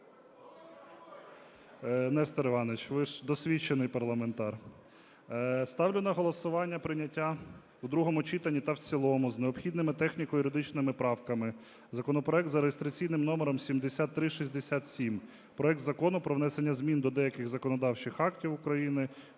Нестор Іванович, ви ж досвідчений парламентар. Ставлю на голосування прийняття у другому читанні та в цілому з необхідними техніко-юридичними правками законопроект за реєстраційним номером 7367: проект Закону про внесення змін до деяких законодавчих актів України